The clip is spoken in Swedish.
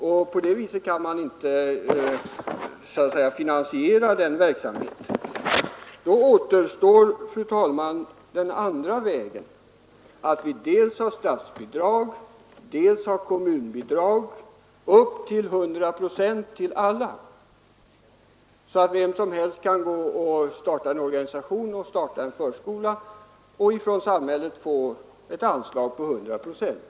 Då återstår, fru talman, den utvägen att alla typer av förskolor får dels statsbidrag, dels kommunbidrag upp till 100 procent av kostnaderna. Vem som helst skulle då kunna bilda en organisation och starta en förskola och från samhället få ett anslag på 100 procent.